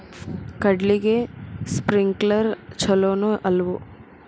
ಕಡ್ಲಿಗೆ ಸ್ಪ್ರಿಂಕ್ಲರ್ ಛಲೋನೋ ಅಲ್ವೋ?